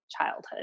childhood